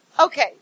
Okay